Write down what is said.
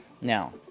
Now